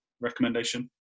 recommendation